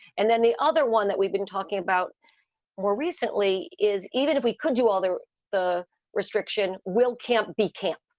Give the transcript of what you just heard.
and then the other one that we've been talking about more recently is eat. if we could do all the the restriction, will camp be calm?